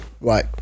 right